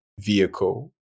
vehicle